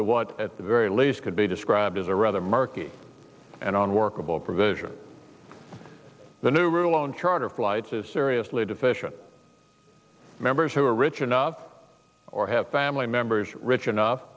to what at the very least could be described as a rather murky and on workable provision the new rule own charter flights is seriously deficient members who are rich enough or have family members rich enough